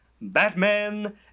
Batman